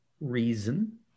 reason